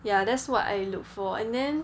ya that's what I look for and then